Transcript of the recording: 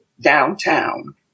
downtown